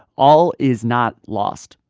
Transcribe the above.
all is not lost.